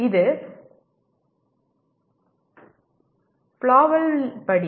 இது ஃபிளாவெல் படி